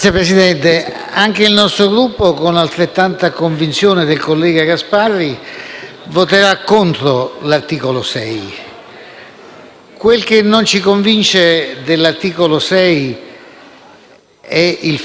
Quel che non ci convince dell'articolo 6 è il frutto della lunga discussione che iniziammo la scorsa settimana. In particolare, però, voglio effettuare